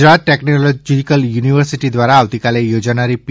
Gujarat Technological University દ્વારા આવતીકાલે યોજાનારી પી